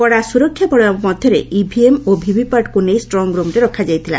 କଡ଼ା ସୁରକ୍ଷା ବଳୟ ମଧ୍ଧରେ ଇଭିଏମ୍ ଭିଭିପାଟକୁ ନେଇ ଷ୍ଟଙଗରୁମ୍ରେ ରଖାଯାଇଥିଲା